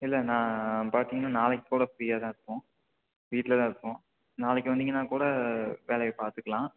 இல்லை நான் பார்த்தீங்கன்னா நாளைக்கு கூட ஃப்ரீயாக தான் இருப்போம் வீட்டில் தான் இருப்போம் நாளைக்கு வந்தீங்கன்னா கூட வேலையை பார்த்துக்குலாம்